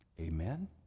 Amen